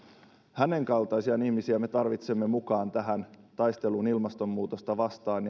hänen kaltaisiaan ihmisiä me tarvitsemme mukaan tähän taisteluun ilmastonmuutosta vastaan